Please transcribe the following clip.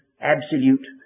absolute